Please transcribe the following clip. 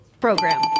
program